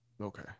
okay